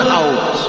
out